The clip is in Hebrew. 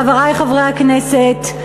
חברי חברי הכנסת,